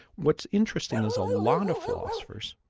what's interesting is a lot of philosophers,